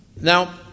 Now